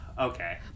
Okay